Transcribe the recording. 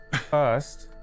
First